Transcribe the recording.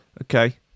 Okay